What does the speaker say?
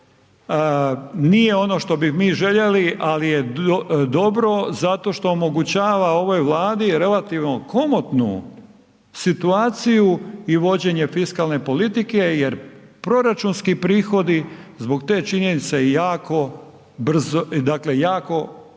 nije ono što bi mi željeli ali je dobro zato što omogućava ovoj Vladi relativno komotnu situaciju i vođenje fiskalne politike jer proračunski prihodi zbog te činjenice jako rastu i to